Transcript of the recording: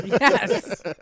Yes